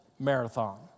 Marathon